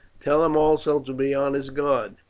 tell him also to be on his guard.